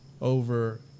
over